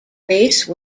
race